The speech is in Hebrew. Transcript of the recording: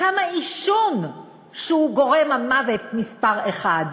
כמה עישון, שהוא גורם המוות מספר אחת.